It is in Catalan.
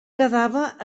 quedava